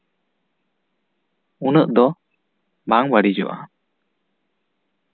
ᱩᱱᱟᱹᱜ ᱫᱚ ᱵᱟᱝ ᱵᱟᱹᱲᱤᱡᱚᱜᱼᱟ